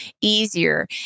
easier